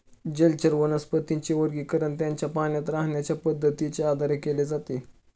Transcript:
जलचर वनस्पतींचे वर्गीकरण त्यांच्या पाण्यात राहण्याच्या पद्धतीच्या आधारे केले जाते